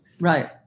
right